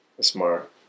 Smart